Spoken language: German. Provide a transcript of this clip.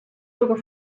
sogar